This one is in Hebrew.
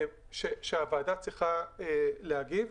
שהוועדה צריכה להגיב.